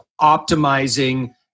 optimizing